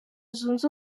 zunze